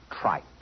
trite